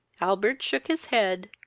albert shook his head,